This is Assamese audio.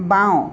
বাওঁ